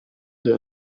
der